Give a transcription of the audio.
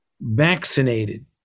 vaccinated